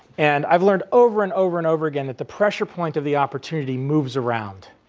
and i've learned over and over and over again that the pressure point of the opportunity moves around.